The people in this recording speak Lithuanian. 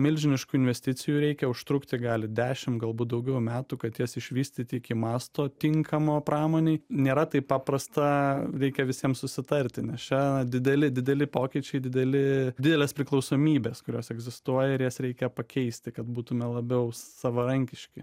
milžiniškų investicijų reikia užtrukti gali dešim galbūt daugiau metų kad jas išvystyti iki masto tinkamo pramonei nėra taip paprasta reikia visiem susitarti nes čia dideli dideli pokyčiai dideli didelės priklausomybės kurios egzistuoja ir jas reikia pakeisti kad būtume labiau savarankiški